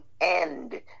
end